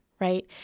right